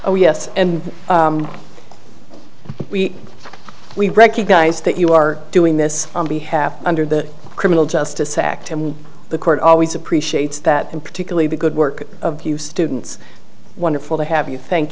oh yes and we recognize that you are doing this on behalf under the criminal justice act and the court always appreciates that and particularly the good work of you students wonderful to have you thank